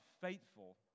faithful